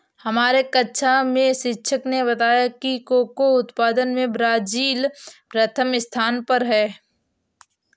हमारे कक्षा में शिक्षक ने बताया कि कोको उत्पादन में ब्राजील प्रथम स्थान पर है